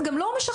זה לא משכנע.